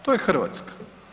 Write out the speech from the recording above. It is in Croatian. To je Hrvatska.